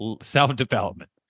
self-development